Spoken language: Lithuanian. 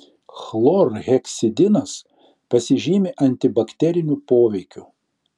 chlorheksidinas pasižymi antibakteriniu poveikiu